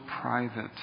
private